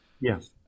Yes